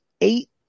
eight